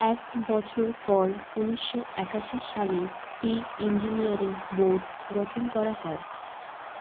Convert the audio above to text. এক বছর পর উনিশশো একাশি সালে প্রিইঞ্জিনিয়ারিং বোর্ড গঠন করা হয়